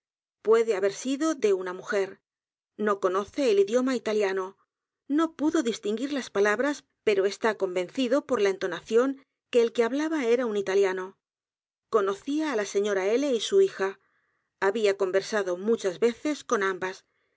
puede haber sido de una mujer no conoce el idioma italiano no pudo distinguir las palabras pero está convencido por la entonación que el que hablaba era un italiano conocía á la señora l y su hija había conversado muchas veces con ambas